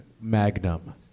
Magnum